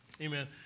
Amen